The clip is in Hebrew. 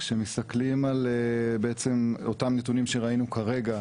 כשמסתכלים על אותם נתונים שראינו כרגע,